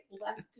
left